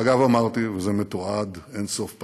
אגב, אמרתי, וזה מתועד אין-סוף פעמים: